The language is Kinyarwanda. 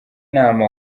nama